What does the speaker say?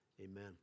Amen